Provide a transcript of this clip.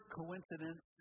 coincidence